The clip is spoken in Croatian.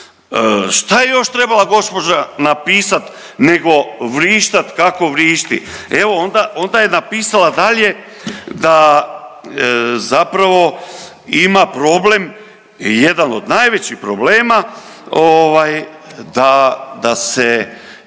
Šta je još trebala gospođa napisati nego vrištati kako vrišti? Evo, onda dalje da zapravo ima problem, jedan od najvećih problema, da se